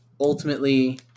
ultimately